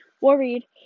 worried